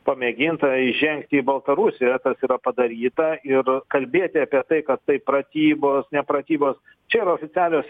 pamėginta įžengti į baltarusiją ir tas yra padaryta ir kalbėti apie tai kad tai pratybos ne pratybos čia yra oficialios